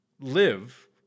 live